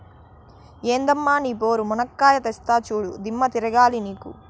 ఎందమ్మ నీ పోరు, మునక్కాయా తెస్తా చూడు, దిమ్మ తిరగాల నీకు